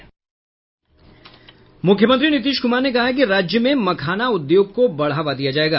मुख्यमंत्री नीतीश कुमार ने कहा है कि राज्य में मखाना उद्योग को बढ़ावा दिया जायेगा